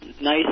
nice